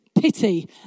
pity